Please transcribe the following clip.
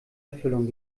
erfüllung